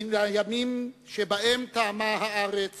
מן הימים שבהם טעמה הארץ